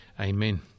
Amen